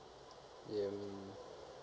um